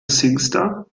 singstar